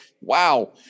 Wow